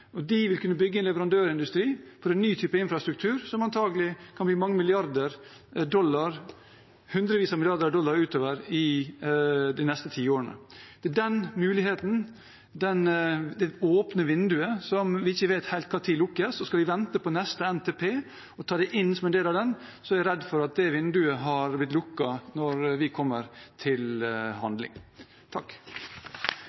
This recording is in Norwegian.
og de vil kunne bygge en leverandørindustri for en ny type infrastruktur som antagelig kan beløpe seg til mange milliarder dollar – hundrevis av milliarder dollar – utover i de neste tiårene. Det er muligheten, det åpne vinduet som vi ikke helt vet når lukkes, og skal vi vente på neste NTP og ta dette inn som en del av den, er jeg redd for at det vinduet har blitt lukket når vi kommer til